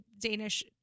danish